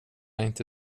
inte